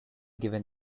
given